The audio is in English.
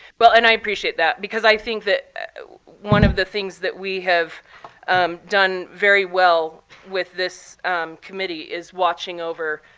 well, and i appreciate that because i think that one of the things that we have um done very well with this committee is watching over